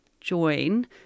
join